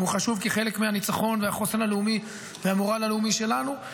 והוא חשוב כחלק מהניצחון והחוסן הלאומי והמורל הלאומי שלנו.